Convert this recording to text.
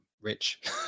rich